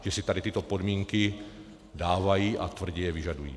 Že si tady tyto podmínky dávají a tvrdě je vyžadují.